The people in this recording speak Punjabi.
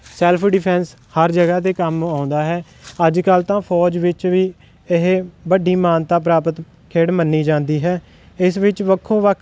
ਸੈਲਫ ਡਿਫੈਂਸ ਹਰ ਜਗ੍ਹਾ 'ਤੇ ਕੰਮ ਆਉਂਦਾ ਹੈ ਅੱਜ ਕੱਲ੍ਹ ਤਾਂ ਫੌਜ ਵਿੱਚ ਵੀ ਇਹ ਵੱਡੀ ਮਾਨਤਾ ਪ੍ਰਾਪਤ ਖੇਡ ਮੰਨੀ ਜਾਂਦੀ ਹੈ ਇਸ ਵਿੱਚ ਵੱਖੋ ਵੱਖ